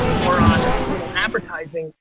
or on you know advertising.